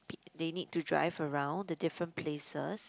peo~ they need to drive around to different places